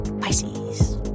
Pisces